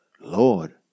Lord